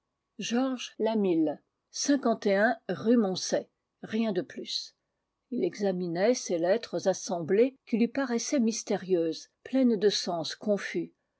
georges lamil rue moncey rien de plus ii examinait ces lettres assemblées cjui lui paraissaient mystérieuses pleines de sens confus